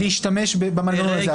-- להשתמש במנגנון הזה,